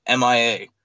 MIA